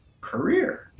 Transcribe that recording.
career